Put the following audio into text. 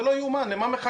זה לא יאומן, למה מחכים?